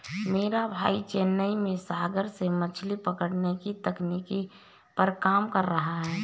मेरा भाई चेन्नई में सागर से मछली पकड़ने की तकनीक पर काम कर रहा है